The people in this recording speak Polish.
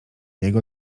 jego